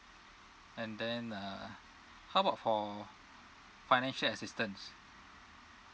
and then uh how about for financial assistance